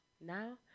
now